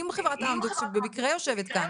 עם חברת אמדוקס שבמקרה יושבת כאן.